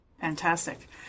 Fantastic